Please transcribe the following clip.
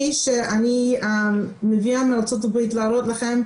שאני מביאה מארצות הברית להראות לכם,